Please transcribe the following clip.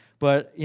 but, you